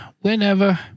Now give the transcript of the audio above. whenever